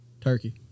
turkey